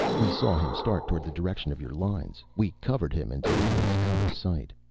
we saw him start toward the direction of your lines. we covered him until he was out of sight.